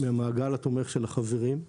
מהמעגל התומך של החברים.